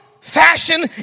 fashion